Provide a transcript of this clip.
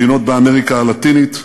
מדינות באמריקה הלטינית,